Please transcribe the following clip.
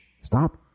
Stop